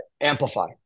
amplify